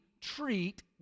treat